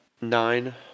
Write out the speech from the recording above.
nine